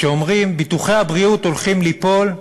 שביטוחי הבריאות הולכים ליפול,